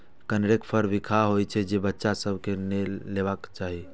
कनेरक फर बिखाह होइ छै, तें बच्चा सभ कें ई नै लेबय देबाक चाही